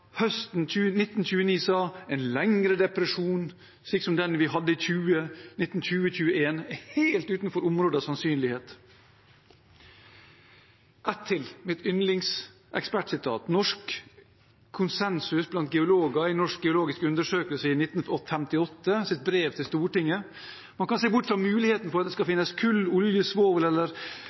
høsten 1929 at en lengre depresjon slik som den vi hadde i 1920–1921, var helt utenfor området av sannsynlighet. Ett til, mitt yndlingsekspertsitat: Det var konsensus blant geologer i Norges geologiske undersøkelse i 1958 i deres brev til Stortinget: Man kan se bort fra muligheten for at det skal finnes kull, olje,